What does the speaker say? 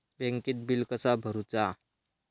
बँकेत बिल कसा भरुचा?